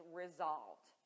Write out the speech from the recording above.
resolved